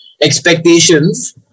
expectations